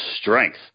Strength